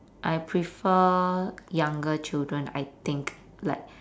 I prefer younger children I think like